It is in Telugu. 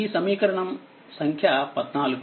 ఈ సమీకరణం సంఖ్య14